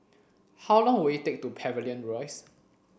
how long will it take to Pavilion Rise